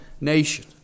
nation